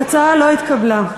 ההצעה לא התקבלה.